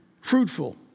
fruitful